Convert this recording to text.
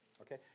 Okay